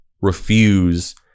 refuse